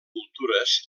cultures